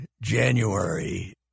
January